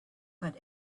but